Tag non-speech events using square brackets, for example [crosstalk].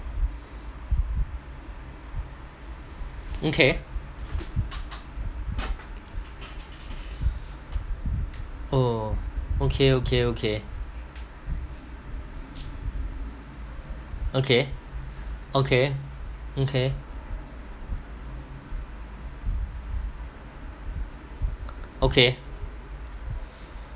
mm K [noise] oh okay okay okay okay okay okay [noise] okay